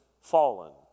fallen